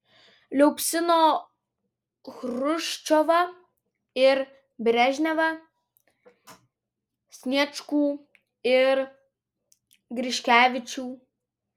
liaupsino chruščiovą ir brežnevą sniečkų ir griškevičių